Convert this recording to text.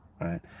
Right